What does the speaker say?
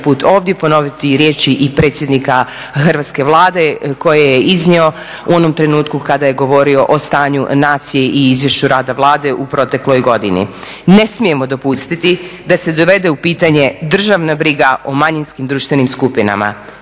put ovdje ponoviti riječi i predsjednika Hrvatske vlade koje je iznio u onom trenutku kada je govorio o stanju nacije i izvješću rada Vlade u protekloj godini "Ne smijemo dopustiti da se dovede u pitanje državna briga o manjinskim društvenim skupinama.